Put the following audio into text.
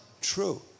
true